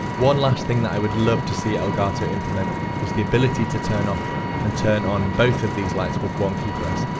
one last thing that i would love to see elgato implement is the ability to turn off and turn on both of these lights with one key press.